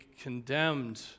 condemned